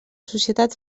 societat